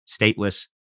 stateless